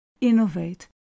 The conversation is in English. innovate